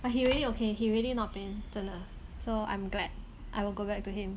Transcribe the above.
but he really okay he really not pain 真的 so I'm glad I will go back to him